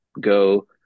go